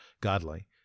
godly